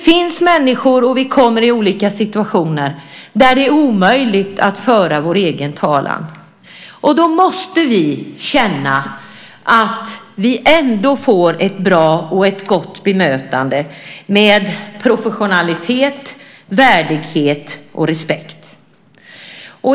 Vi människor kommer i olika situationer där det är omöjligt att föra vår egen talan. Då måste vi känna att vi ändå får ett bra och ett gott bemötande med professionalitet, värdighet och respekt.